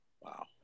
Wow